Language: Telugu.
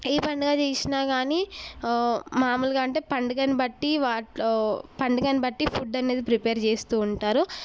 ఏ పండగ చేసినా కానీ మాములుగా అంటే పండగని బట్టి వాటిలో పండగని బట్టి ఫుడ్ అనేది ప్రిపేర్ చేస్తూ ఉంటారు